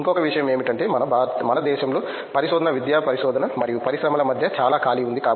ఇంకొక విషయం ఏమిటంటే మన దేశంలో పరిశోధన విద్యా పరిశోధన మరియు పరిశ్రమల మధ్య చాలా ఖాళీ ఉంది